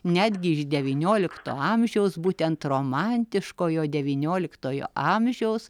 netgi iš devyniolikto amžiaus būtent romantiškojo devynioliktojo amžiaus